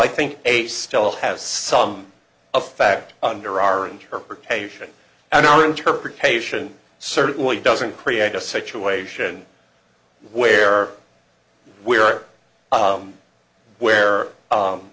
i think a still has some a fact under our interpretation and our interpretation certainly doesn't create a situation where where where